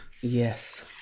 Yes